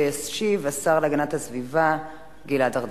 ישיב השר להגנת הסביבה גלעד ארדן.